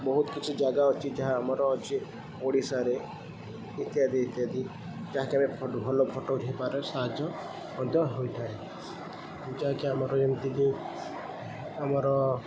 ବହୁତ କିଛି ଜାଗା ଅଛି ଯାହା ଆମର ଅଛି ଓଡ଼ିଶାରେ ଇତ୍ୟାଦି ଇତ୍ୟାଦି ଯାହାକି ଆମେ ଭଲ ଭଲ ଫଟୋ ଉଠେଇବାରେ ସାହାଯ୍ୟ ମଧ୍ୟ ହୋଇଥାଏ ଯାହାକି ଆମର ଏମିତିକି ଆମର